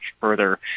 further